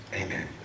Amen